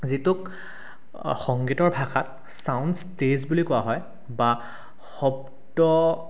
যিটোক সংগীতৰ ভাষাত চাউণ্ড ষ্টেজ বুলি কোৱা হয় বা শব্দ